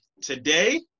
today